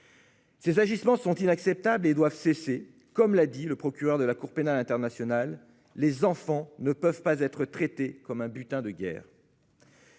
Ces agissements sont inacceptables et doivent cesser. Comme l'a souligné le procureur de la Cour pénale internationale, les enfants ne peuvent pas être traités comme un butin de guerre.